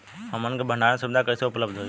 हमन के भंडारण सुविधा कइसे उपलब्ध होई?